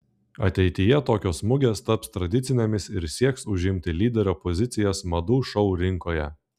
ateityje tokios mugės taps tradicinėmis ir sieks užimti lyderio pozicijas madų šou rinkoje